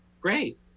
Great